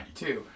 92